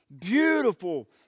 beautiful